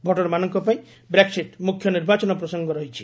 ଭୋଟରମାନଙ୍କ ପାଇଁ ବ୍ରେକ୍ସିଟ୍ ମୁଖ୍ୟ ନିର୍ବାଚନ ପ୍ରସଙ୍ଗ ରହିଛି